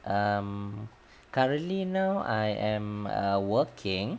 um currently now I am err working